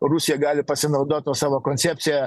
rusija gali pasinaudot ta savo koncepcija